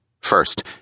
First